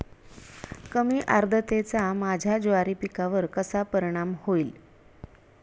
कमी आर्द्रतेचा माझ्या ज्वारी पिकावर कसा परिणाम होईल?